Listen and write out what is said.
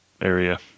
area